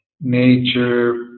nature